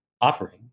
offering